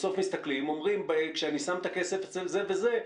בסוף מסתכלים ואומרים: כשאני שם את הכסף אצל זה וזה,